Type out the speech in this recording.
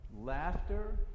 laughter